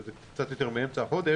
זה קצת יותר מאמצע החודש,